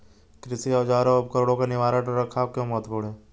कृषि औजारों और उपकरणों का निवारक रख रखाव क्यों महत्वपूर्ण है?